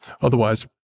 otherwise